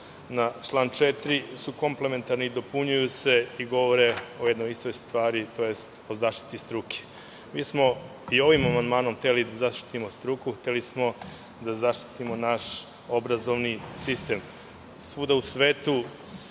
na član 4. su komplementarni i dopunjuju se, govore o jednoj istoj stvari, tj. o zaštiti struke. Ovim amandmanom smo hteli da zaštitimo struku, hteli smo da zaštitimo naš obrazovni sistem. Svuda